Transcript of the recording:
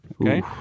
Okay